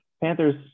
Panthers